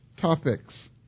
topics